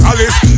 Alice